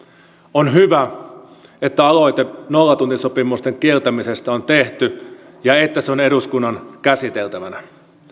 on hyvä että aloite nollatuntisopimusten kieltämisestä on tehty ja että se on eduskunnan käsiteltävänä